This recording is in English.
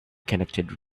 connected